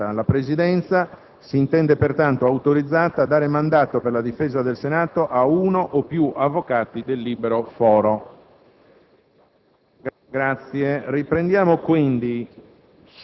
tribunale di Milano. **Sono approvate.** La Presidenza si intende pertanto autorizzata a dare mandato per la difesa del Senato a uno o più avvocati del libero Foro.